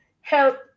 help